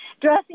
dressing